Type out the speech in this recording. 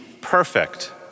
perfect